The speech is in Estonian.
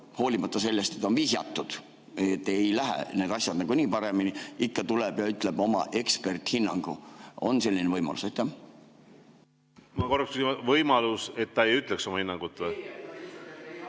hoolimata sellest et on vihjatud, et ei lähe need asjad nagunii paremini, ikka tuleb ja ütleb oma eksperthinnangu. On selline võimalus? Ma korraks küsin üle: võimalus, et ta ei ütleks oma hinnangut või?